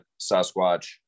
Sasquatch